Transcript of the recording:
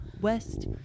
West